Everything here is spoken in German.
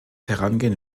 herangehen